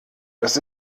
das